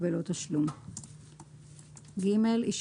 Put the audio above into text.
בעד, 1 נגד, אין נמנעים, אין פה אחד.